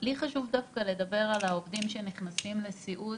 לי חשוב דווקא לדבר על העובדים שנכנסים לסיעוד